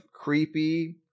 creepy